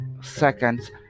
seconds